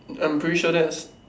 I'm pretty sure that's